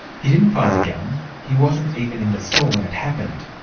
he didn't fire the gun, he wasn't even in the store when it happened,